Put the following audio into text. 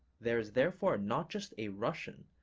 there is therefore not just a russian,